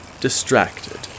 distracted